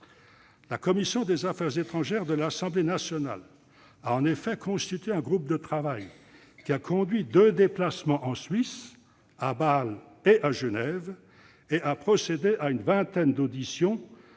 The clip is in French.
La commission des affaires étrangères de l'Assemblée nationale a en effet constitué un groupe de travail, qui a conduit deux déplacements en Suisse, à Bâle et à Genève, et a procédé à une vingtaine d'auditions-